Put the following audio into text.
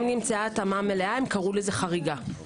נמצאה התאמה מלאה הם הגדירו זאת כחריג.